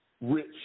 rich